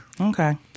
Okay